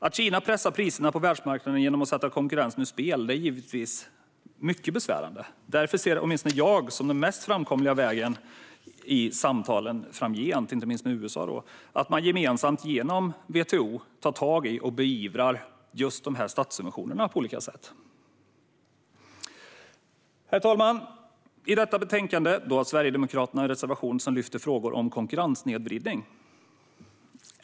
Att Kina pressar priserna på världsmarknaden genom att sätta konkurrensen ur spel är givetvis mycket besvärande. Därför ser åtminstone jag som den mest framkomliga vägen i samtalen framgent inte minst med USA att man gemensamt genom WTO tar tag i och beivrar just statssubventionerna på olika sätt. Herr talman! I detta betänkande har Sverigedemokraterna en reservation som lyfter fram frågor om konkurrenssnedvridning.